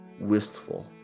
wistful